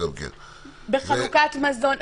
וחלוקת מזון.